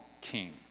king